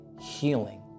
healing